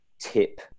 tip